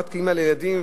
את אמא לילדים,